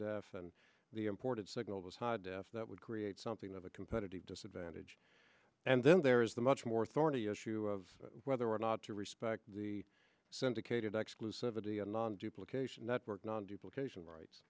standard and the important signal was high def that would create something of a competitive disadvantage and then there is the much more thorny issue of whether or not to respect the syndicated exclusivity a non duplication network non duplication rights